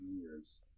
years